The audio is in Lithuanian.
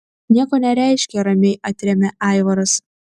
nieko nereiškia ramiai atremia aivaras